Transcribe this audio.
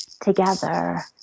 together